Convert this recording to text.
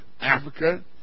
Africa